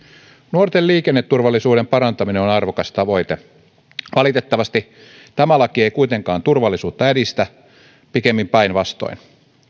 nuorten liikenneturvallisuuden parantaminen on arvokas tavoite valitettavasti tämä laki ei kuitenkaan turvallisuutta edistä pikemmin päinvastoin